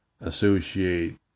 associate